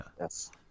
Yes